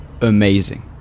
amazing